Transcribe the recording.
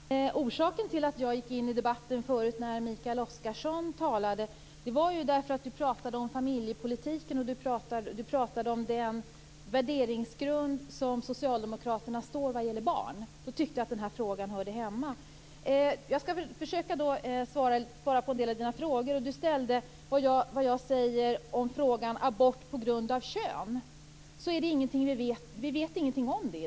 Fru talman! Orsaken till att jag gick in i debatten förut när Mikael Oscarsson talade var att han talade om familjepolitiken och den värderingsgrund som socialdemokraterna står för när det gäller barn. Då tyckte att den här frågan hörde hemma där. Jag skall försöka svara på en del av Mikael Oscarssons frågor. Vad säger jag om abort på grund av kön? Vi vet ingenting i den frågan i dag.